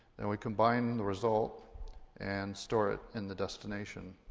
then we combine the result and store it in the destination.